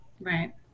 Right